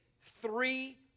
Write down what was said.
three